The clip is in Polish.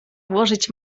włożyć